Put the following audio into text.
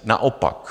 Naopak.